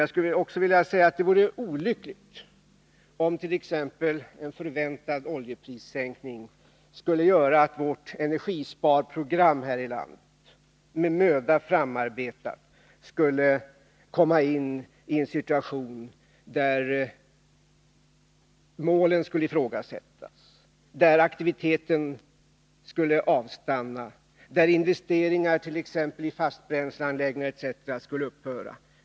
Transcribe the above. Jag skulle också vilja säga att det vore olyckligt om t.ex. en väntad oljeprissänkning skulle göra att vårt med möda framarbetade energisparprogram skulle komma in i en situation där målen skulle ifrågasättas, där aktiviteten skulle avstanna, där investeringar i t.ex. fastbränsleanläggningar skulle upphöra.